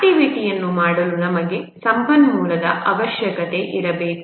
ಆಕ್ಟಿವಿಟಿಯನ್ನು ಮಾಡಲು ನಮಗೆ ಸಂಪನ್ಮೂಲದ ಅವಶ್ಯಕತೆ ಇರಬೇಕು